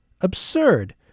absurd